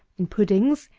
in puddings,